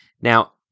Now